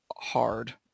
hard